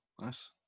nice